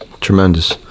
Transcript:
Tremendous